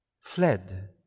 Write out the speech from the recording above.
fled